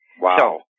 Wow